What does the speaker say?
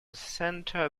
center